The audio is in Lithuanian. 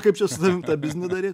kaip čia su tavim tą biznį daryt